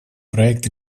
проект